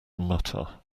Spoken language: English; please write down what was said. mutter